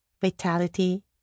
vitality